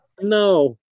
No